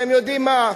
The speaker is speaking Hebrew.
אתם יודעים מה,